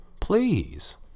please